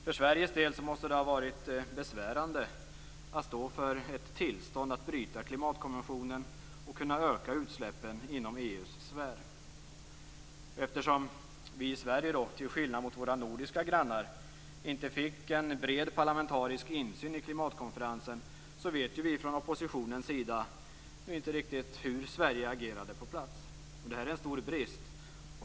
För Sveriges del måste det ha varit besvärande att stå för ett tillstånd att bryta klimatkonventionen och kunna öka utsläppen inom EU:s sfär. Eftersom vi i Sverige, till skillnad från våra nordiska grannar, inte fick en bred parlamentarisk insyn i klimatkonferensen vet vi i oppositionen inte riktigt hur Sverige agerade på plats. Det är en stor brist.